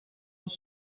was